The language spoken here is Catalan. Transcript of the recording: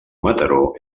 mataró